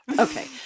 Okay